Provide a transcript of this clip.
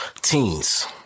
teens